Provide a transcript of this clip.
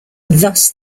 thus